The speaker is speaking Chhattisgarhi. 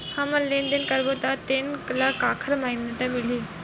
हमन लेन देन करबो त तेन ल काखर मान्यता मिलही?